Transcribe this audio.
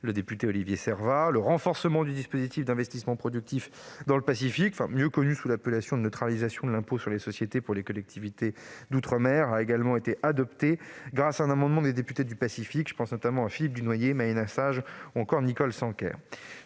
le député Olivier Serva. Par ailleurs, le renforcement du dispositif d'investissement productif dans le Pacifique, mieux connu sous l'appellation de neutralisation de l'impôt sur les sociétés pour les collectivités d'outre-mer, a également été adopté, grâce à un amendement des députés du Pacifique ; je pense notamment à Philippe Dunoyer, Maina Sage ou encore Nicole Sanquer.